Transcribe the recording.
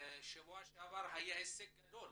ובשבוע שעברה היה הישג גדול